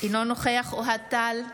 אינו נוכח אוהד טל,